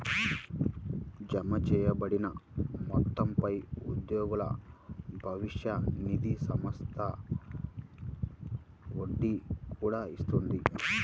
జమచేయబడిన మొత్తంపై ఉద్యోగుల భవిష్య నిధి సంస్థ వడ్డీ కూడా ఇస్తుంది